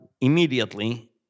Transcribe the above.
immediately